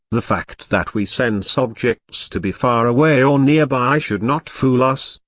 the fact that we sense objects to be far away or nearby should not fool us,